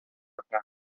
acá